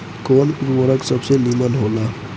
कवन उर्वरक सबसे नीमन होला?